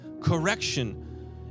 correction